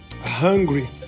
hungry